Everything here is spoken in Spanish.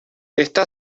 está